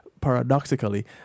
paradoxically